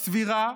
סבירה,